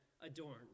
adorned